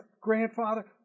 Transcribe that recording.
grandfather